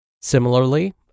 Similarly